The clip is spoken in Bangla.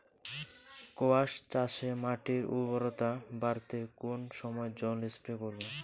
কোয়াস চাষে মাটির উর্বরতা বাড়াতে কোন সময় জল স্প্রে করব?